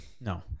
No